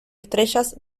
estrellas